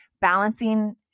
balancing